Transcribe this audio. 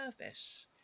service